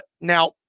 Now